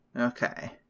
Okay